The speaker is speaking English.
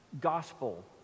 gospel